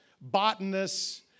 botanists